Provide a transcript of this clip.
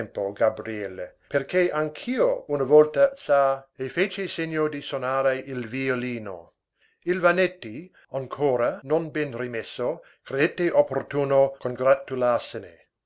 tempo gabriele perché anch'io una volta sa e fece segno di sonare il violino il vannetti ancora non ben rimesso credette opportuno congratularsene